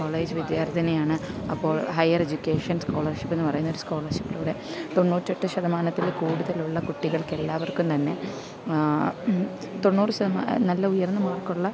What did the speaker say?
college വിദ്യാർഥിനിയാണ് അപ്പോൾ higher education scholarship എന്ന് പറയുന്ന ഒരു സ്കോളർഷിപ്പിലൂടെ തൊണ്ണൂറ്റെട്ട് ശതമാനത്തിൽ കൂടുതലുള്ള കുട്ടികൾക്ക് എല്ലാവർക്കും തന്നെ തൊണ്ണൂറ് ശതമാനം നല്ല ഉയർന്ന മാർക്ക് ഉള്ള